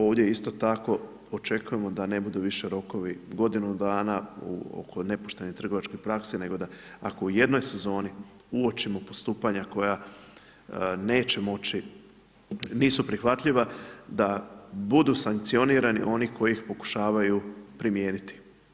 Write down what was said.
Ovdje isto tako očekujemo da ne budu više rokovi godinu dana u oko nepoštenih trgovačkih praksi, nego da ako u jednoj sezoni uočimo postupanja koja neće moći, nisu prihvatljiva da budu sankcionirani oni koji ih pokušavaju primijeniti.